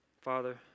Father